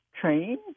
train